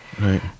Right